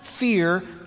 Fear